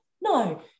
no